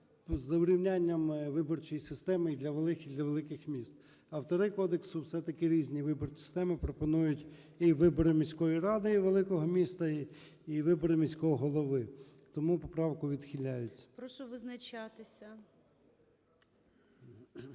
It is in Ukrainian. за урівняннями виборчої системи і для великих міст. Автори кодексу, все-таки, різні виборчі системи пропонують: і вибори міської ради великого міста, і вибори міського голови. Тому поправка відхиляється. ГОЛОВУЮЧИЙ. Прошу визначатися.